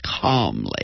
calmly